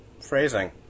phrasing